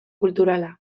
kulturala